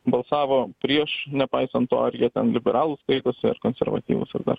balsavo prieš nepaisant to ar liekam liberalūs skaitosi ar konservatyvūs ar dar